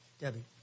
debbie